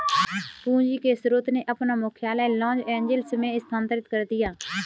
पूंजी के स्रोत ने अपना मुख्यालय लॉस एंजिल्स में स्थानांतरित कर दिया